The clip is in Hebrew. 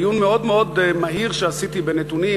בעיון מאוד מאוד מהיר שעשיתי בנתונים,